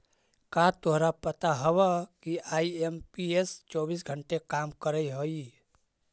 का तोरा पता हवअ कि आई.एम.पी.एस चौबीस घंटे काम करअ हई?